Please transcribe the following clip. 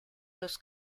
los